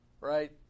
right